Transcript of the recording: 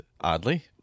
oddly